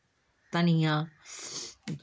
धनिया